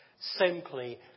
simply